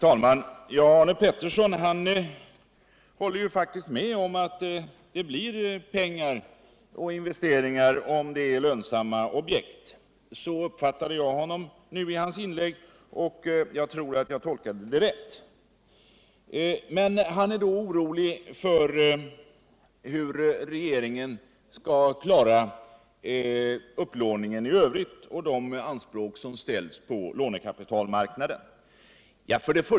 Arne Pettersson håller faktiskt med om att det blir pengar och investeringar om det är fråga om lönsamma objekt. Så uppfattade jag hans inlägg, och jag tror att jag tolkade det rätt. Men han är då orolig för hur regeringen skall klara upplåningen i övrigt och de anspråk som ställs på lånekapitalmarknaden.